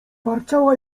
warczała